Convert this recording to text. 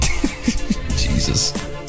Jesus